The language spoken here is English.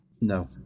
No